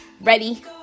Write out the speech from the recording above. Ready